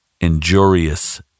injurious